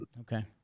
Okay